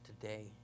today